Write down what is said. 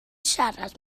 siarad